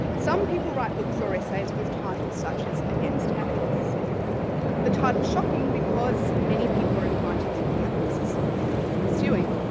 some people write books or essays with titles such as against happiness the title is shocking because many people are inclined to think that happiness is something worth pursuing.